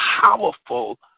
powerful